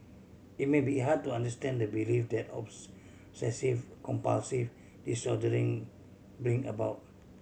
it may be hard to understand the belief that obsessive compulsive disordering bring about